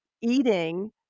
eating